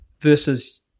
versus